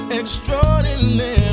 extraordinary